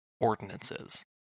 ordinances